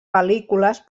pel·lícules